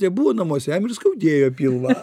nebuvo namuose jam ir skaudėjo pilvą